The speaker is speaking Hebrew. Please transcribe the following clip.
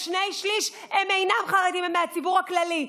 שני שלישים אינם חרדים, הם מהציבור הכללי.